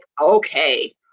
okay